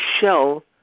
shell